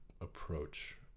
approach